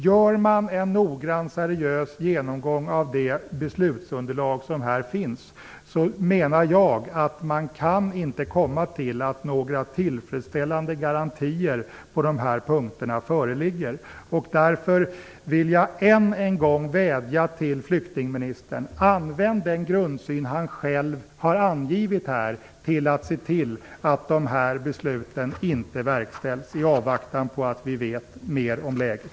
Gör man en noggrann seriös genomgång av det beslutsunderlag som finns menar jag att man inte kan komma till slutsatsen att några tillfredsställande garantier på dessa punkter föreligger. Därför vill jag än en gång vädja till flyktingministern om att använda den grundsyn han själv har angivit till att se till att besluten inte verkställs i avvaktan på att vi vet mer om läget.